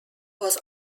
was